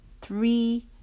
three